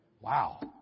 Wow